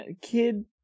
kid